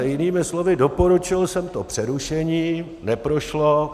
Jinými slovy, doporučil jsem to přerušení, neprošlo.